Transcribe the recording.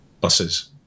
buses